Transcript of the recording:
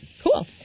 cool